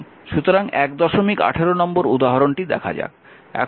সুতরাং 118 নম্বর উদাহরণটি দেখা যাক